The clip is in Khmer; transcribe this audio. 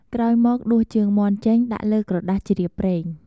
ក្រោយមកដួសជើងមាន់ចេញដាក់លើក្រដាសជ្រាបប្រេង។